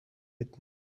bitten